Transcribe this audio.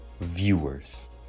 viewers